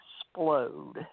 explode